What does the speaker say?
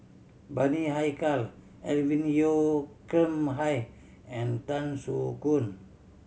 Bani Haykal Alvin Yeo Khirn Hai and Tan Soo Khoon